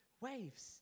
waves